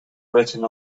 written